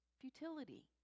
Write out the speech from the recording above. futility